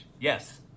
Yes